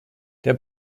der